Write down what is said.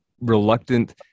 reluctant